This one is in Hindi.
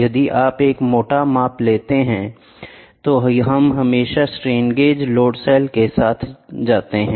यदि आप एक मोटा माप चाहते हैं तो हम हमेशा स्ट्रेन गेज लोड सेल के साथ जाते हैं